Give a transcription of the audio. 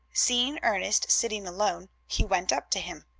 seeing ernest sitting alone, he went up to him.